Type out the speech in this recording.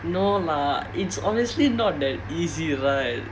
no lah it's obviously not that easy right